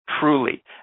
truly